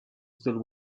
still